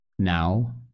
Now